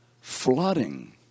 flooding